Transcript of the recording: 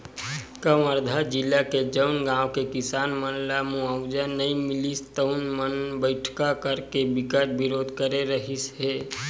कवर्धा जिला के जउन गाँव के किसान मन ल मुवावजा नइ मिलिस तउन मन बइठका करके बिकट बिरोध करे रिहिस हे